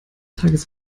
tages